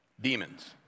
Demons